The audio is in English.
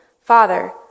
Father